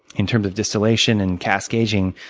in terms of distillation and cask aging.